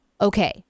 okay